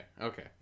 okay